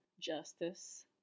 Justice